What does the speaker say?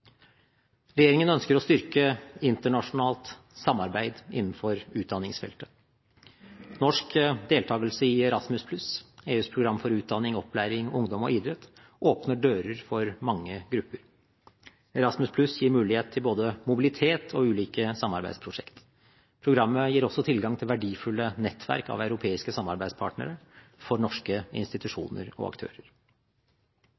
Regjeringen ønsker å styrke internasjonalt samarbeid innenfor utdanningsfeltet. Norsk deltakelse i Erasmus+, EUs program for utdanning, opplæring, ungdom og idrett, åpner dører for mange grupper. Erasmus+ gir mulighet til både mobilitet og ulike samarbeidsprosjekt. Programmet gir også tilgang til verdifulle nettverk av europeiske samarbeidspartnere for norske